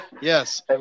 Yes